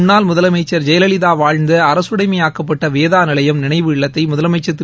முன்னாள் முதலனமச்ச் ஜெயலலிதா வாழ்ந்த அரசுடமையாக்கப்பட்ட வேதா நிலையம் நினைவு இல்லத்தை முதலமைச்சள் திரு